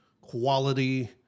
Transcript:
quality